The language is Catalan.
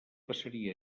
passaria